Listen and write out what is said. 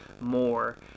more